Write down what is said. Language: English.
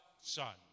son